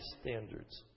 standards